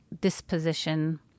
disposition